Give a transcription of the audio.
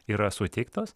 yra suteiktos